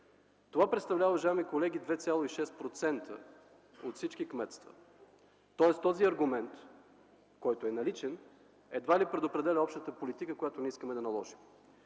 Това представлява, уважаеми колеги, 2,6% от всички кметства. Тоест този аргумент, който е наличен, едва ли предопределя общата политика, която ние искаме да наложим.